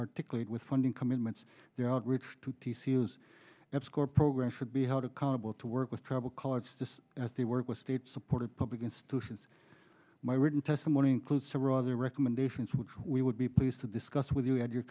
articulate with funding commitments there are going to t c s that score programs should be held accountable to work with travel college just as they work with state supported public institutions my written testimony includes several other recommendations which we would be pleased to discuss with you at your